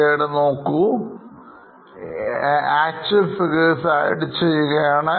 ഞാൻ Actual figures hideചെയ്യുകയാണ്